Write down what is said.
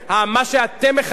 מה שאתם מכנים,